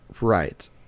right